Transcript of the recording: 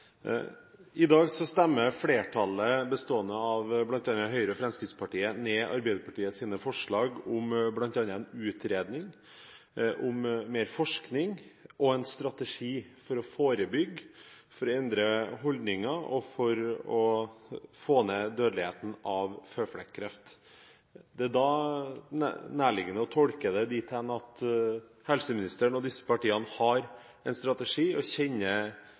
en strategi for å forebygge, for å endre holdninger og for å få ned dødeligheten av føflekkreft. Det er nærliggende å tolke det dit hen at helseministeren og disse partiene har en strategi og